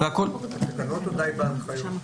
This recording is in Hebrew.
התקנות עדיין בהנחיות.